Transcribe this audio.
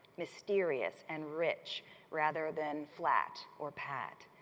mysterious and rich rather than flat or pat.